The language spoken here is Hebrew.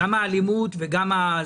גם האלימות וגם הסיוע.